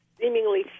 seemingly